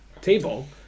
table